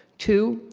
two,